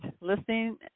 listening